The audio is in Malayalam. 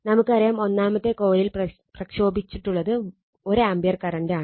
നമുക്കറിയാം ഒന്നാമത്തെ കൊയിലിൽ പ്രക്ഷോഭിച്ചിട്ടുള്ളത് 1 ആംപിയർ കറണ്ടാണ്